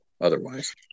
otherwise